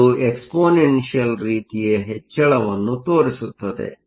ಇದು ಎಕ್ಸ್ಪೋನೆನ್ಷಿಯಲ್ ರೀತಿಯ ಹೆಚ್ಚಳವನ್ನು ತೋರಿಸುತ್ತದೆ